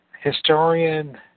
Historian